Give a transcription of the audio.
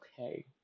okay